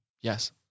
Yes